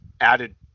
added